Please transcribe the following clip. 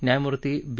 न्यायमूर्ती बी